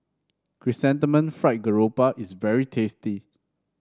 Chrysanthemum Fried Garoupa is very tasty